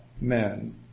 men